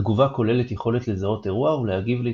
התגובה כוללת יכולת לזהות אירוע ולהגיב להתרחשותו.